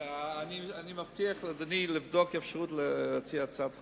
אני מבטיח לאדוני לבדוק את האפשרות להציע הצעת חוק.